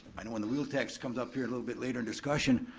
i know when the wheel tax comes up here a little bit later in discussion,